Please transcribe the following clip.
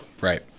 Right